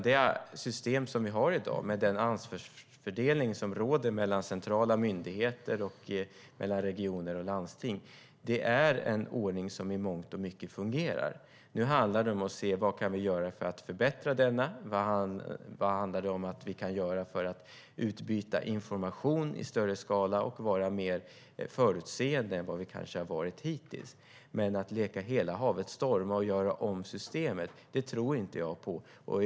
Det system som vi har i dag och den ansvarsfördelning som råder mellan centrala myndigheter och regioner och landsting är en ordning som i mångt och mycket fungerar. Nu handlar det om att se vad vi kan göra för att förbättra denna genom att till exempel utbyta information i större skala och vara mer förutseende än hittills. Att leka "hela havet stormar" och göra om systemet tror jag inte på.